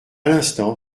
l’instant